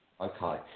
Okay